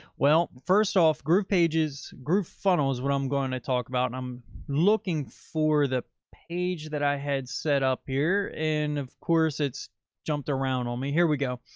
well, first off groovepages, groovefunnels, what i'm going to talk about, and i'm looking for the page that i had set up here. and of course it's jumped around on me. here we go.